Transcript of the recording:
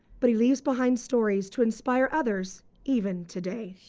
but he leaves behind stories to inspire others even today.